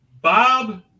Bob